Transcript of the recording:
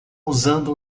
usando